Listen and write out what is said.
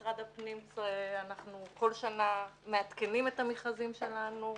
משרד הפנים אנחנו כל שנה מעדכנים את המכרזים שלנו,